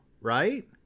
right